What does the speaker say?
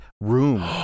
room